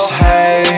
hey